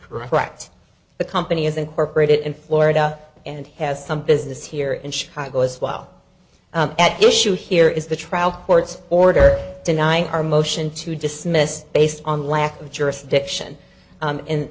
correct the company is incorporated in florida and has some business here in chicago as well at issue here is the trial court's order denying our motion to dismiss based on lack of jurisdiction